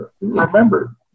remember